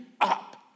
up